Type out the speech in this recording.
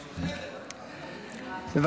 בבקשה.